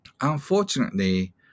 Unfortunately